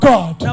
God